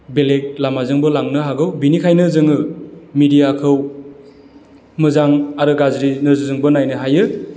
बेलेग लामाजोंबो लांनो हागौ बिनिखायनो जोङो मिडियाखौ मोजां आरो गाज्रि नोजोरजोंबो नायनो हायो